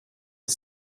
the